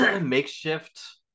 makeshift